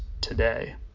today